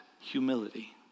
humility